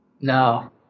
No